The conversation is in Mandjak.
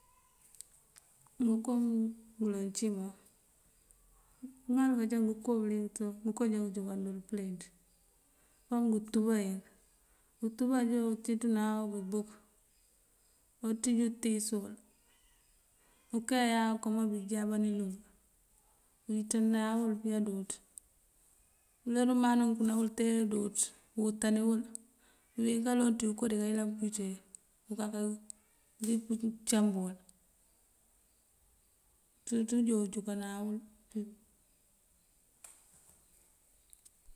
Ngëënko ngëloŋ ací máa, ŋal kajá ngënko bëliyëng tú. Ngëënko já ngëënjúnkander pëlenţ; ŋal ngëëntúbá ink. Utúbá ajá unciţun awibuk oţij untiisëwël, ukeyaa okëëmeejában ilun uwiţána wël piya dúuţ. Uler umaŋ nawël tee dúuţ uwëtániwël. Uwi kaloŋ neţí dikayëlan pëëwiţee. Unkaka círi pëëncamb uwul. ţul unjoon unjúnkáa naawël.